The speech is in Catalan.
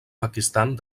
pakistan